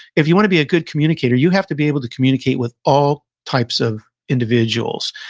if you want to be a good communicator, you have to be able to communicate with all types of individuals,